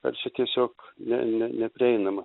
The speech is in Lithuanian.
ar čia tiesiog ne ne neprieinama